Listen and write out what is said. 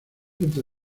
entre